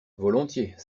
volontiers